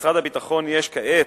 במשרד הביטחון יש כעת,